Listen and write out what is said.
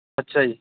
ਅੱਛਾ ਜੀ